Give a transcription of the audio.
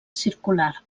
circular